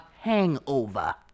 hangover